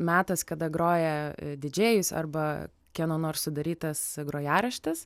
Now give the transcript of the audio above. metas kada groja didžėjus arba kieno nors sudarytas grojaraštis